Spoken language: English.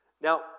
Now